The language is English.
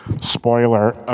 Spoiler